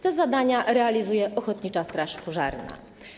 Te zadania realizuje ochotnicza straż pożarna.